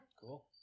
cool